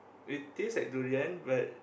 it taste like durian but